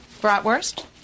Bratwurst